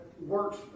works